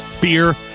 beer